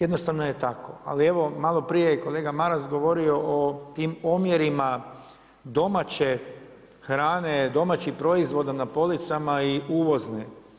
Jednostavno je tako, ali evo malo prije je kolega Maras govorio o tim omjerima domaće hrane, domaćih proizvoda na policama i uvozne.